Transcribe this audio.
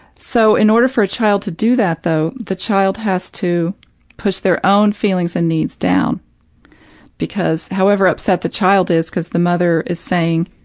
so, in order for a child to do that, though, the child has to push their own feelings and needs down because however upset the child is because the mother is saying,